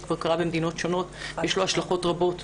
שכבר קרה במדינות שונות ויש לו השלכות רבות,